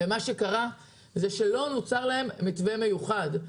מה שקרה הוא שלא נוצר להם מתווה מיוחד.